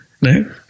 No